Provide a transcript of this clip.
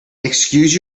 excuse